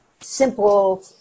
simple